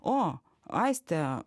o aiste